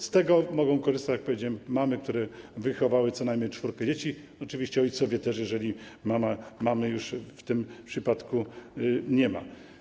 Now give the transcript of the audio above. Z tego mogą korzystać, jak powiedziałem, mamy, które wychowały co najmniej czwórkę dzieci - oczywiście ojcowie też, jeżeli mamy już w tym przypadku nie ma.